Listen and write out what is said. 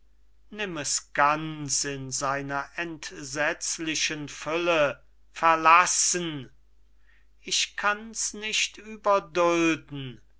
nimm es ganz in seiner entsetzlichen fülle verlassen ich kanns nicht